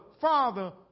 Father